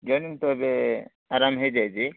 game ତ ଏବେ ଆରମ୍ଭ ହେଇଯାଇଛି